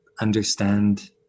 understand